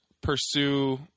pursue